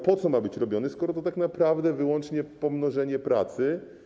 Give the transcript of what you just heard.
Po co on ma być tworzony, skoro to tak naprawdę wyłącznie pomnożenie pracy?